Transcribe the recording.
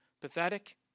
pathetic